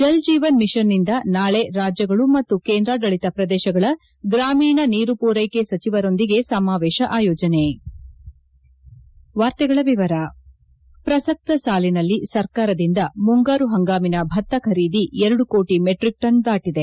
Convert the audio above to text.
ಜಲಜೀವನ್ ಮಿಷನ್ನಿಂದ ನಾಳೆ ರಾಜ್ಯಗಳು ಮತ್ತು ಕೇಂದ್ರಾಡಳಿತ ಪ್ರದೇಶಗಳ ಗ್ರಾಮೀಣ ನೀರು ಪೂರೈಕೆ ಸಚಿವರೊಂದಿಗೆ ಸಮಾವೇಶ ಆಯೋಜನೆ ಪ್ರಸಕ್ತ ಸಾಲಿನಲ್ಲಿ ಸರ್ಕಾರದಿಂದ ಮುಂಗಾರು ಹಂಗಾಮಿನ ಭತ್ತ ಖರೀದಿ ಎರಡು ಕೋಟಿ ಮೆಟ್ರಿಕ್ ಟನ್ ದಾಟಿದೆ